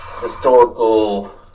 historical